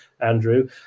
Andrew